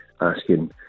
asking